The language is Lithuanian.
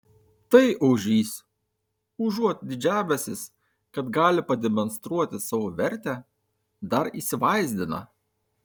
tai ožys užuot didžiavęsis kad gali pademonstruoti savo vertę dar įsivaizdina